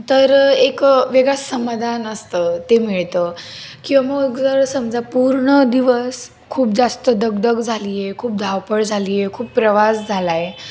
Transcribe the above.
तर एक वेगळाच समाधान असतं ते मिळतं किंवा मग जरा समजा पूर्ण दिवस खूप जास्त दगदग झाली आहे खूप धावपळ झाली आहे खूप प्रवास झाला आहे